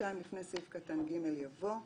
(2)לפני סעיף קטן (ג) יבוא: